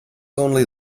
only